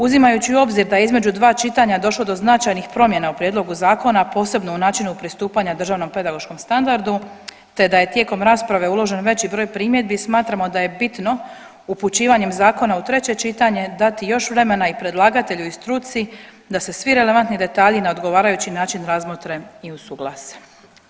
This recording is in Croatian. Uzimajući u obzir da je između 2 čitanja došlo do značajnih promjena u prijedlogu zakona, posebno u načinu pristupanja Državnom pedagoškom standardu te da je tijekom rasprave uložen veći broj primjedbi, smatramo da je bitno upućivanjem zakona u treće čitanje dati još vremena i predlagatelju i struci da se svi relevantni detalji na odgovarajući način razmotre i usuglase.